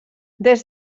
des